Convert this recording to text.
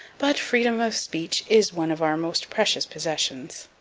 but freedom of speech is one of our most precious possessions.